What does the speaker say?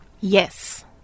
Yes